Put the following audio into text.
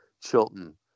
Chilton